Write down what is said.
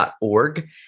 org